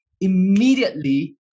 Immediately